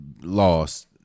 lost